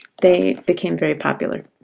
they became very popular.